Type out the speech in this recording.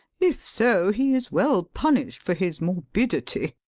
if so, he is well punished for his morbidity.